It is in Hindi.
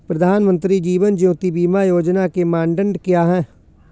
प्रधानमंत्री जीवन ज्योति बीमा योजना के मानदंड क्या हैं?